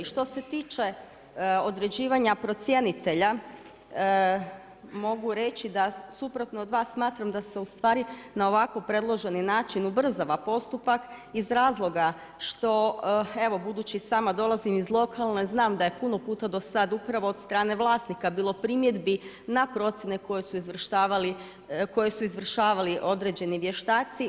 Što se tiče određivanja procjenitelja mogu reći da suprotno od vas smatram da se u stvari na ovako predloženi način ubrzava postupak iz razloga što evo, budući sama dolazim iz lokalne znam da je puno puta do sad upravo od strane vlasnika bilo primjedbi na procjene koje su izvršavali određeni vještaci.